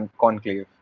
conclave